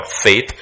faith